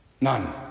None